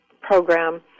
program